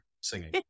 singing